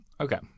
Okay